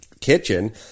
kitchen